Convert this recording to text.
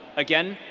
again,